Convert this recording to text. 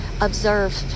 observe